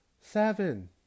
Seven